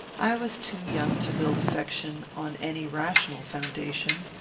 i was too young to build affection on any rational foundation.